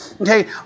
Okay